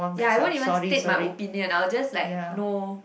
ya I wouldn't even take my opinion I'll just like know